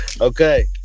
Okay